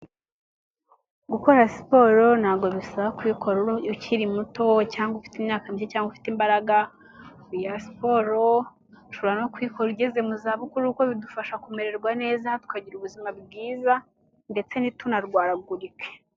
Gukora siporo ntabwo bisaba kuyikora iyo ukiri muto cyangwa ufite imyaka mike cyangwa ufite imbaraga. Oya siporo ushobora no kuyikora ugeze mu zabukuru kuko bidufasha kumererwa neza tukagira ubuzima bwiza ndetse ntitunarwaragurike.